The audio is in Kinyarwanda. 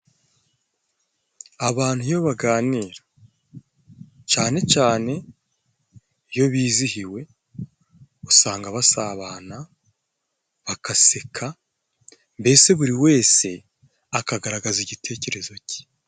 Abantu iyo baganira cane cane iyo bizihiwe usanga basabana, bagaseka mbese buri wese akagaragaza igitekerezo cye.